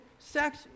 sex